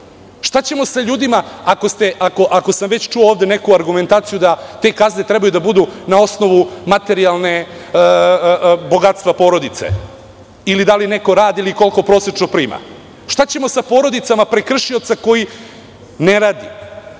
Šta ćemo sa ljudima, ako sam već čuo ovde neku argumentaciju da te kazne treba da budu na osnovu materijalnog bogatstva porodice. I da li neko radi, i koliko prosečno prima? Šta ćemo sa porodica prekršioca koji ne radi,